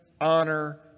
honor